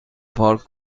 پارک